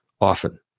often